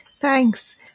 Thanks